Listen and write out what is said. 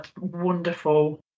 wonderful